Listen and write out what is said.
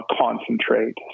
concentrate